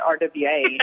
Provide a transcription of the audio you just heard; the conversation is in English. RWA